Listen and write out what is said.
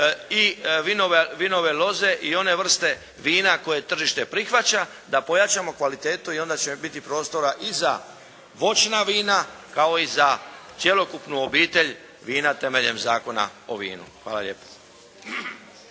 i vinove loze i one vrsta vina koje tržište prihvaća da pojačamo kvalitetu i onda će biti prostora i za voćna vina, kao i za cjelokupnu obitelj vina temeljem Zakona o vinu. Hvala lijepo.